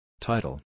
Title